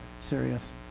serious